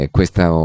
Questa